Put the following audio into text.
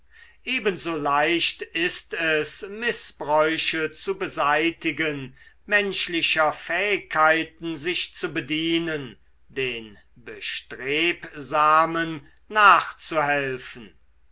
leicht ist es mißbräuche zu beseitigen menschlicher fähigkeiten sich zu bedienen den bestrebsamen nachzuhelfen